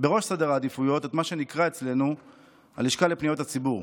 בראש סדר העדיפויות את מה שנקרא אצלנו הלשכה לפניות הציבור.